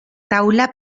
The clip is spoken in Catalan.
taula